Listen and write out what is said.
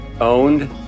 owned